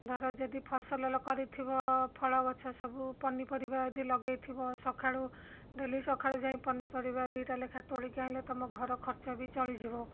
ଧର ଯଦି ଫସଲ କରିଥିବ ଫଳ ଗଛ ସବୁ ପନିପରିବା ଆଦି ଲଗେଇଥିବ ସଖାଳୁ ଡେଲି ସଖାଳୁ ଯାଇ ପନିପରିବା ଦୁଇଟା ଲେଖା ତୋଳିକି ଆଣିଲେ ତୁମ ଘର ଖର୍ଚ୍ଚ ବି ଚଳିଯିବ